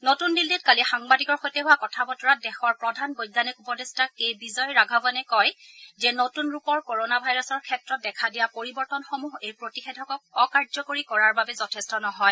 নতূন দিন্নীত কালি সাংবাদিকৰ সৈতে হোৱা কথা বতৰাত দেশৰ প্ৰধান বৈজ্ঞানিক উপদেষ্টা কে বিজয় ৰাঘৱনে কয় যে নতূন ৰূপৰ কৰোণা ভাইৰাছৰ ক্ষেত্ৰত দেখা দিয়া পৰিৱৰ্তনসমূহ এই প্ৰতিষেধকক অকাৰ্যকৰী কৰাৰ বাবে যথেষ্ট নহয়